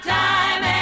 time